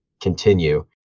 continue